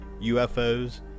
UFOs